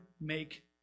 make